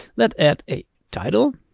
let's add a title